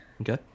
Okay